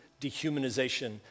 dehumanization